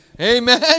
Amen